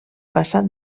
passat